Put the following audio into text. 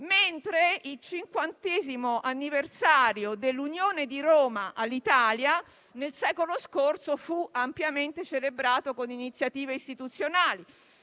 mentre il 50° anniversario dell'unione di Roma all'Italia nel secolo scorso fu ampiamente celebrato con iniziative istituzionali.